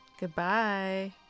Goodbye